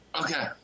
Okay